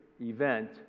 event